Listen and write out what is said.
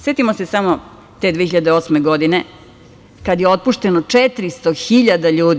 Setimo se samo te 2008. godine, kada je otpušteno 400.000 ljudi.